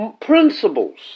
principles